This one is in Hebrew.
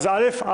אז אל"ף,